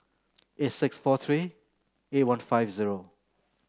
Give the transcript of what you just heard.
eight six four three eight one five zero